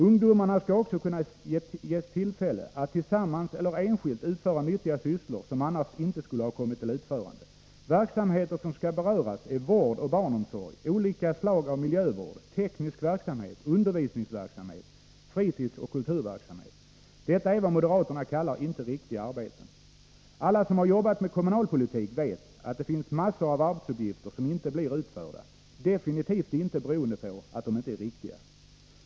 Ungdomarna skall också kunna ges tillfälle att tillsammans eller enskilt utföra nyttiga sysslor som annars inte skulle ha kommit till utförande. Verksamheter som skall kunna beröras är vård och barnomsorg, olika slag av miljövård, teknisk verksamhet, undervisningsverksamhet, fritidsoch kulturverksamhet.” Detta är vad moderaterna kallar inte riktiga arbeten. Alla som har jobbat med kommunalpolitik vet att det finns massor av arbetsuppgifter som inte blir utförda, men definitivt inte beroende på att de inte är riktiga.